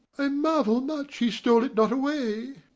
i marvel much he stole it not away.